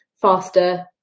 faster